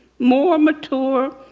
more mature,